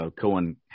Cohen